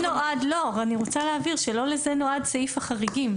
אני רוצה להבהיר שלא לזה נועד סעיף החריגים.